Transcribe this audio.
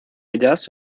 ellas